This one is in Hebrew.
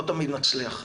לא תמיד מצליח,